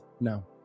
No